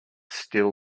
still